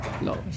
no